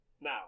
now